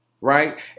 right